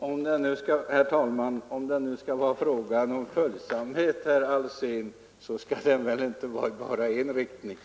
Herr talman! Om vi nu skall tala om följsamhet, herr Alsén, så skall det väl inte bara vara i ena riktningen.